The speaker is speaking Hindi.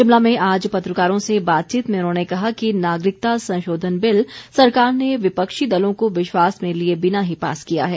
शिमला में आज पत्रकारों से बातचीत में उन्होंने कहा कि नागरिकता संशोधन बिल सरकार ने विपक्षी दलों को विश्वास में लिए बिना ही पास किया है